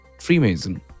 Freemason